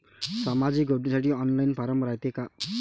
सामाजिक योजनेसाठी online form रायते का?